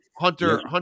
Hunter